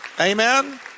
Amen